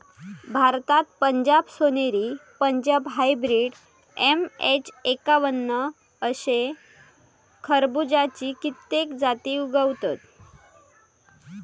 भारतात पंजाब सोनेरी, Punjab hybrid, MH एक्कावन्न अशे खरबुज्याची कित्येक जाती उगवतत